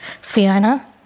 Fiona